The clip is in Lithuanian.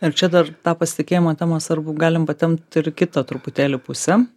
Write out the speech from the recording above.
ir čia dar tą pasitikėjimo temą svarbu galim patempt ir į kitą truputėlį pusę